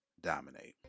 dominate